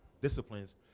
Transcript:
disciplines